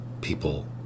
people